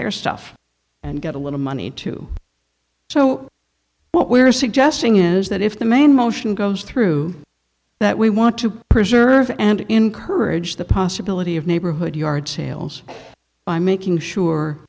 their stuff and get a little money too so what we're suggesting is that if the main motion goes through that we want to preserve and encourage the possibility of neighborhood yard sales by making sure